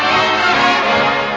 oh